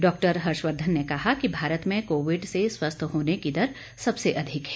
doctor Harshvardhan ने कहा कि भारत में कोविड से स्वस्थ होने की दर सबसे अधिक है